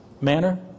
manner